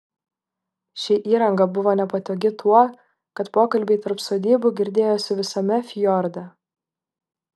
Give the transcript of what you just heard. ši įranga buvo nepatogi tuo kad pokalbiai tarp sodybų girdėjosi visame fjorde